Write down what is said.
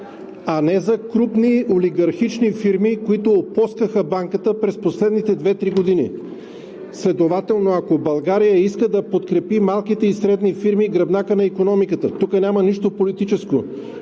а не за крупни олигархични фирми, които опоскаха банката през последните две, три години. Следователно, ако България иска да подкрепи малките и средните фирми – гръбнакът на икономиката, тук няма нищо политическо.